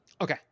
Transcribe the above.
okay